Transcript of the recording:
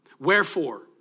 Wherefore